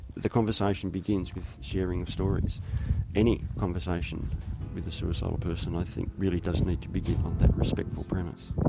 the conversation begins with sharing the stories any conversation with a suicidal person i think really does need to begin with um that respectful premise.